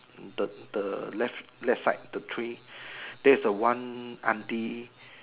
the the left left side the tree there is a one auntie